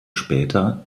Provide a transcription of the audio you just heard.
später